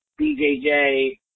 BJJ